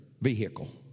vehicle